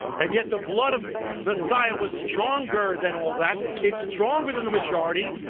and yet the blood of messiah was stronger than all that. it's stronger than the majority.